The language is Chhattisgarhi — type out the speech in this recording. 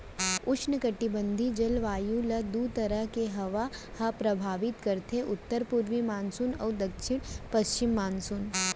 उस्नकटिबंधीय जलवायु ल दू तरह के हवा ह परभावित करथे उत्तर पूरवी मानसून अउ दक्छिन पस्चिम मानसून